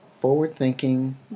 forward-thinking